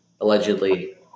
allegedly